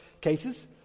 cases